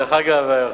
דרך אגב,